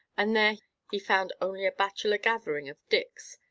and there he found only a bachelor gathering of dick's.